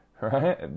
right